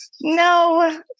no